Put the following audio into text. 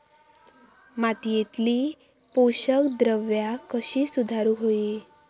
मातीयेतली पोषकद्रव्या कशी सुधारुक होई?